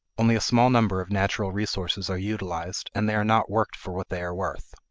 only a small number of natural resources are utilized and they are not worked for what they are worth.